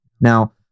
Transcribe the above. Now